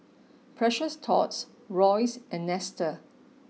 precious Thots Royce and Nestle